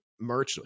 merch